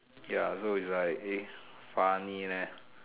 ya so it's like eh funny leh